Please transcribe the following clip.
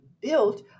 built